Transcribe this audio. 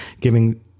giving